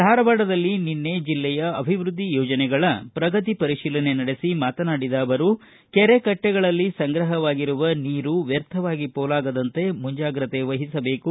ಧಾರವಾಡದಲ್ಲಿ ನಿನ್ನೆ ಜಿಲ್ಲೆಯ ಅಭಿವ್ದದ್ದಿ ಯೋಜನೆಗಳ ಪ್ರಗತಿ ಪರಿತೀಲನೆ ನಡೆಸಿ ಮಾತನಾಡಿದ ಅವರು ಕೆರೆ ಕಟ್ಟೆಗಳಲ್ಲಿ ಸಂಗ್ರಹವಾಗಿರುವ ನೀರು ವ್ಯರ್ಥವಾಗಿ ಮೋಲಾಗದಂತೆ ಮುಂಜಾಗ್ರತೆ ವಹಿಸಬೇಕು